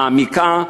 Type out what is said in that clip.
מעמיקה,